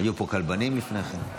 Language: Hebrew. היו פה כלבנים לפני כן.